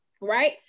right